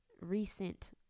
recent